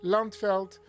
Landveld